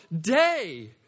day